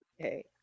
okay